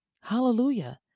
Hallelujah